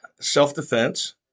self-defense